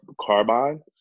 carbine